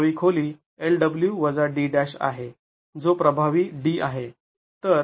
प्रभावी खोली l w - d' आहे जो प्रभावी d आहे